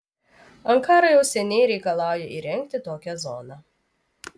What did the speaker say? ankara jau seniai reikalauja įrengti tokią zoną